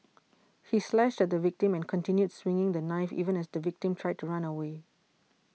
he slashed at the victim and continued swinging the knife even as the victim tried to run away